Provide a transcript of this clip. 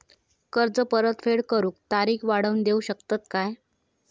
कर्जाची परत फेड करूक तारीख वाढवून देऊ शकतत काय?